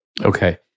Okay